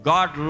God